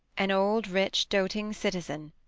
an old rich doting citizen,